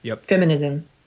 feminism